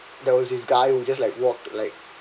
there was this guy who just like walk like